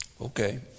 Okay